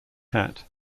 hat